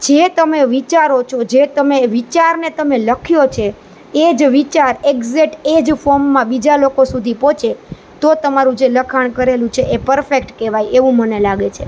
જે તમે વિચારો છો જે તમે વિચારને તમે લખ્યો છે એ જ વિચાર એકઝેટ એ જ ફોમમાં બીજા લોકો સુધી પહોંચે તો તમારું જે લખાણ કરેલું છે એ પરફેક્ટ કહેવાય એવું મને લાગે છે